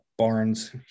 Barnes